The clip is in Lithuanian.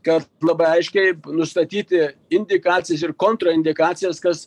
kad labai aiškiai nustatyti indikacijas ir kontraindikacijas kas